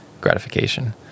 gratification